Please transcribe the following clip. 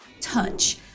Touch